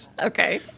okay